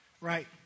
right